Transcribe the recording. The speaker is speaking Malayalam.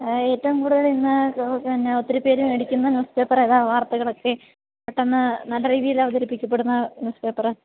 ഏറ്റവും കൂടുതല് ഇന്ന് പിന്നെ ഒത്തിരി പേര് മേടിക്കുന്ന ന്യൂസ്പേപ്പറേതാണ് വാർത്തകളൊക്കെ പെട്ടെന്ന് നല്ല രീതിയില് അവതരിപ്പിക്കപ്പെടുന്ന ന്യൂസ്പേപ്പര്